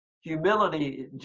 Humility